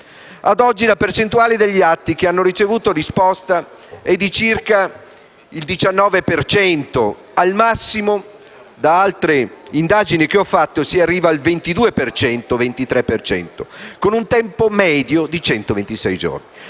ad oggi, la percentuale degli atti che hanno ricevuto risposta è di circa il 19 per cento» - al massimo, da altre indagini che ho fatto, si arriva al 22-23 per cento - «con un tempo medio di 126 giorni».